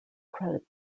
credit